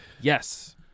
Yes